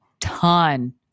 ton